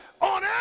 on